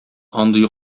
андый